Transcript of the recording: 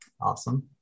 Awesome